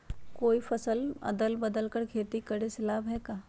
कोई फसल अदल बदल कर के खेती करे से लाभ है का?